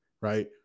right